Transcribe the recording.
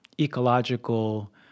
ecological